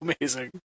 amazing